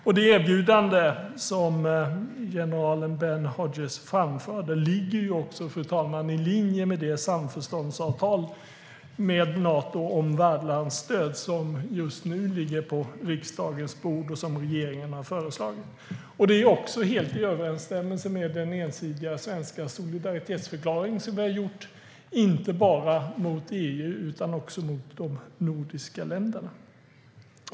Och det erbjudande som general Ben Hodges framförde ligger i linje med det samförståndsavtal med Nato om värdlandsstöd som just nu ligger på riksdagens bord och som regeringen har föreslagit. Det är också helt i överensstämmelse med den ensidiga svenska solidaritetsförklaring som vi har gjort, inte bara mot EU utan också mot de nordiska länderna.